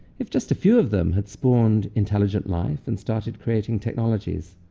if just a few of them had spawned intelligent life and started creating technologies,